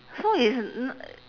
so it's n~